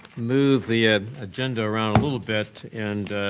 move the ah agenda around a little bit and